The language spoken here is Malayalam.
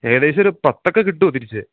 ഏകദേശമൊരു പത്തൊക്കെ കിട്ടുമോ തിരിച്ച്